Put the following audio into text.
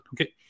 okay